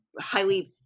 highly